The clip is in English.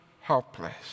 helpless